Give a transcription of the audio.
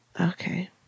okay